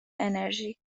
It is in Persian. انرژی